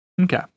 Okay